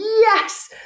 yes